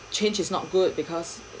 change is not good because